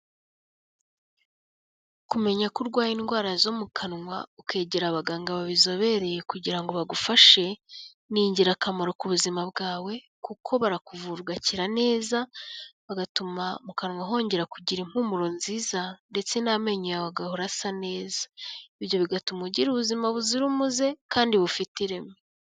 Kumenya ko urwaye indwara zo mu kanwa, ukegera abaganga babizobereye kugira ngo bagufashe, ni ingirakamaro ku buzima bwawe kuko barakuvura ugakira neza, bagatuma mu kanwa hongera kugira impumuro nziza ndetse n'amenyo yawe agahora asa neza. Ibyo bigatuma ugira ubuzima buzira umuze kandi bufite ireme.